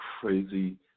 crazy